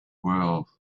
well